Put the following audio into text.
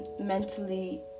mentally